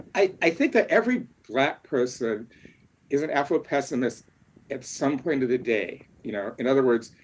i think that every black person is an afropessimist at some point of the day, you know, in other words,